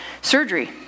surgery